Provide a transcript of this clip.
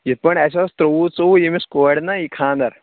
یِتھٕ پٲٹھۍ اَسہِ اوس ترٛۆوُہ ژوٚوُہ ییٚمِس کورِ نا یہِ خانٛدر